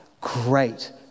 great